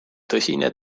tõsine